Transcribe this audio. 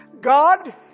God